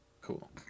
cool